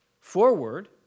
forward